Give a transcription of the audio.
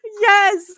yes